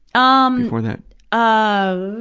um, before that um